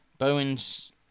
Bowen's